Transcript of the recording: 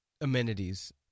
amenities